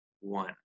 one